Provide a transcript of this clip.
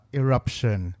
eruption